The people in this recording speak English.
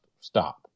stop